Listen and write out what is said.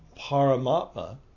paramatma